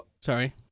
Sorry